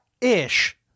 ish